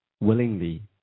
willingly